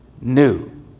new